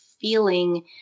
feeling